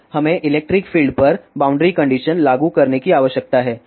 अब हमें electric field पर बाउंड्री कंडीशन लागू करने की आवश्यकता है